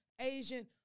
Asian